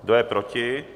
Kdo je proti?